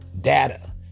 data